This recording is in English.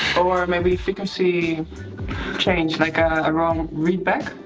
or maybe frequency change. like a ah wrong read back.